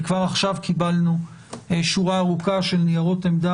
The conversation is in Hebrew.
וכבר עכשיו קיבלנו שורה ארוכה של ניירות עמדה